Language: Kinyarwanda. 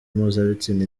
mpuzabitsina